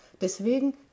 Deswegen